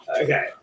Okay